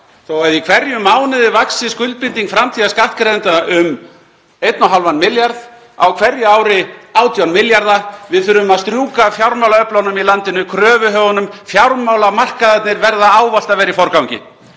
þó að í hverjum mánuði vaxi skuldbinding framtíðarskattgreiðenda um 1,5 milljarða, á hverju ári um 18 milljarða. Við þurfum að strjúka fjármálaöflunum í landinu, kröfuhöfunum, fjármálamarkaðirnir verða ávallt að vera í forgangi.